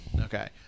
Okay